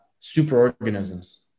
superorganisms